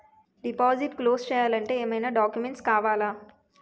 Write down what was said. Deposit close చేయాలి అంటే ఏమైనా డాక్యుమెంట్స్ కావాలా?